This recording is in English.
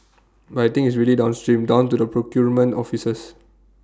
but I think it's really downstream down to the procurement offices